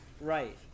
Right